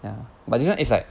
ya but this one is like